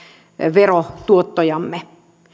verotuottojamme